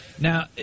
Now